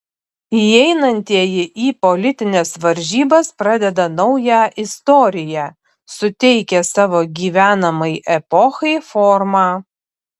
įeinantieji į politines varžybas pradeda naują istoriją suteikia savo gyvenamai epochai formą